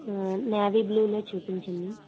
navy blue చూపించండి